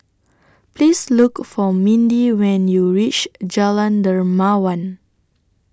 Please Look For Mindi when YOU REACH Jalan Dermawan